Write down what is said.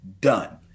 done